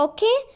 Okay